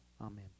Amen